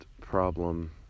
problem